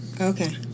Okay